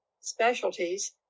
specialties